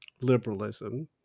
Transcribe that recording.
liberalism